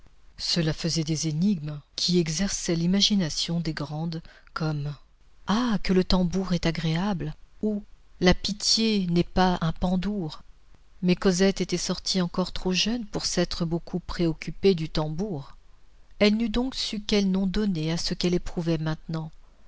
cela faisait des énigmes qui exerçaient l'imagination des grandes comme ah que le tambour est agréable ou la pitié n'est pas un pandour mais cosette était sortie encore trop jeune pour s'être beaucoup préoccupée du tambour elle n'eût donc su quel nom donner à ce qu'elle éprouvait maintenant